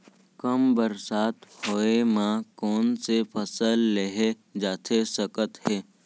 कम बरसात होए मा कौन से फसल लेहे जाथे सकत हे?